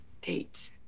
Date